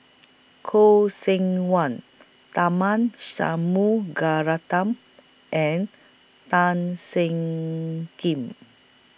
Khoo Seok Wan Tharman Shanmugaratnam and Tan Seng Kim